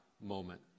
moment